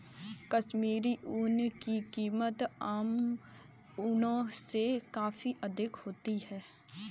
कश्मीरी ऊन की कीमत आम ऊनों से काफी अधिक होती है